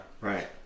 right